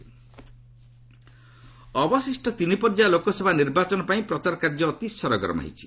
campaigning ଅବଶିଷ୍ଟ ତିନି ପର୍ଯ୍ୟାୟ ଲୋକସଭା ନିର୍ବାଚନ ପାଇଁ ପ୍ରଚାର କାର୍ଯ୍ୟ ଅତି ସରଗରମ ହୋଇଛି